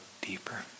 deeper